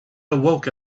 awoke